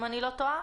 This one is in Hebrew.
אם אני לא טועה,